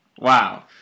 Wow